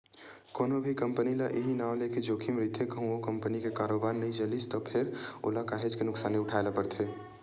कोनो भी कंपनी ल इहीं नांव लेके जोखिम रहिथे कहूँ ओ कंपनी के कारोबार बने नइ चलिस त फेर ओला काहेच के नुकसानी उठाय ल परथे